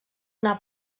una